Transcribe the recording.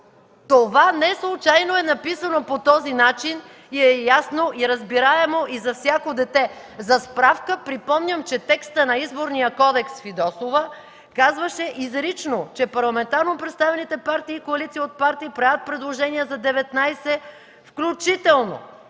Това неслучайно е написано по този начин и е ясно, и разбираемо за всяко дете. За справка припомням, че текстът на Изборния кодекс „Фидосова” казваше изрично, че парламентарно представените партии и коалиции от партии правят предложения „за 19, включително”